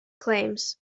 claims